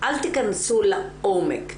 אל תכנסו לעומק,